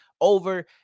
over